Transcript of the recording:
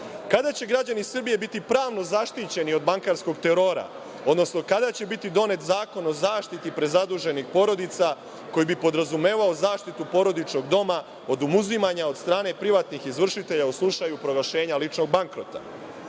evra? Kada će građani Srbije biti pravno zaštićeni od bankarskog terora, odnosno kada će biti donet zakon o zaštiti i prezaduženih porodica koji bi podrazumevao zaštitu porodičnog doma od oduzimanja od strane privatnih izvršitelja u slučaju proglašenja ličnog bankrota? Zašto